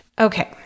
Okay